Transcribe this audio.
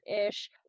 ish